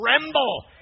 tremble